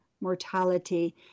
mortality